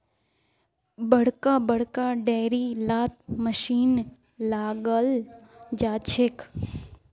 बड़का बड़का डेयरी लात मशीन लगाल जाछेक